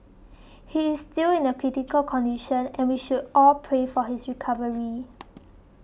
he is still in critical condition and we should all pray for his recovery